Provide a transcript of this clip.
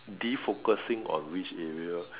defocusing on which area